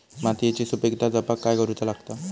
मातीयेची सुपीकता जपाक काय करूचा लागता?